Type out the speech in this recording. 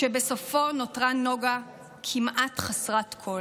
כשבסופו נותרה נגה כמעט חסרת כול.